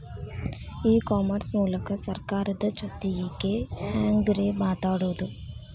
E commerce ಮೂಲಕ ಸರ್ಕಾರದ ಜೊತಿಗೆ ಹ್ಯಾಂಗ್ ರೇ ಮಾತಾಡೋದು?